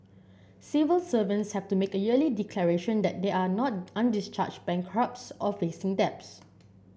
civil servants have to make a yearly declaration that they are not undischarged bankrupts or facing debts